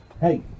Hey